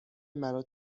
مرا